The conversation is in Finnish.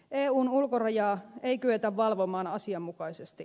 eun ulkorajaa ei kyetä valvomaan asianmukaisesti